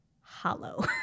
hollow